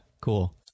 cool